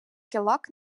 кілок